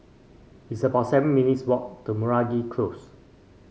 it's about seven minutes walk to Meragi Close